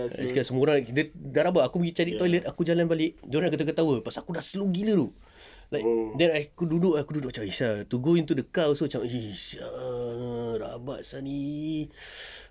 dia cakap semua orang dia dah rabak aku pergi cari toilet aku jalan balik dorang dah ketawa ketawa pasal aku dah slow gila then aku duduk aku duduk macam eh sia ah to go into the car also macam eh sia ah rabak sia ni